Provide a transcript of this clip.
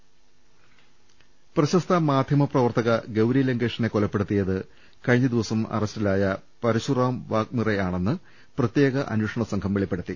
ലലലലലലലലലലലല പ്രശസ്ത മാധ്യമപ്രവർത്തക ഗൌരിലങ്കേഷിനെ കൊല പ്പെടുത്തിയത് കഴിഞ്ഞ ദിവസം പ്രഅറസ്റ്റിലായ പരശുറാം വാക്മിറെ ആണെന്ന് പ്രത്യേക അന്വേഷണ സംഘം വെളിപ്പെടുത്തി